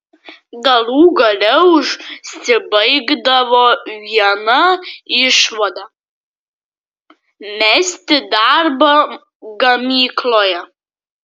galų gale užsibaigdavo viena išvada mesti darbą gamykloje